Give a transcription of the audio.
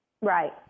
Right